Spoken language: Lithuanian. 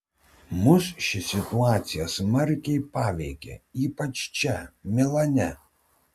mus ši situacija smarkiai paveikė ypač čia milane